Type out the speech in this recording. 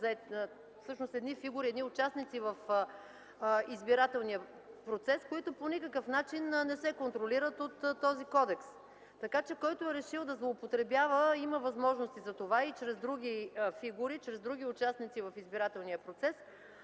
иначе, са фигури, участници в избирателния процес, които по никакъв начин не се контролират от този кодекс. Така че, който е решил да злоупотребява, има възможности за това и чрез други фигури, чрез други участници в избирателния процес,